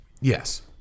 Yes